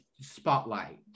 spotlight